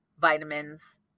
vitamins